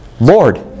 Lord